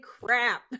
crap